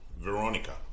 Veronica